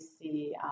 see